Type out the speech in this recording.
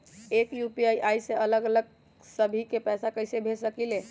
एक यू.पी.आई से अलग अलग सभी के पैसा कईसे भेज सकीले?